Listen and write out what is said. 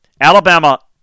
Alabama